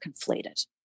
conflated